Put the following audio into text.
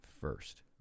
first